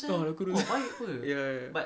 ah dah kurus ya ya